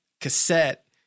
cassette